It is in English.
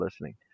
listening